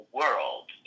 world